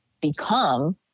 become